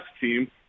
team